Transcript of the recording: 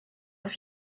auf